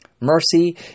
Mercy